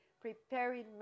Preparing